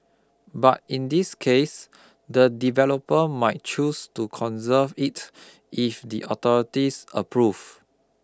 but in this case the developer might choose to conserve it if the authorities approve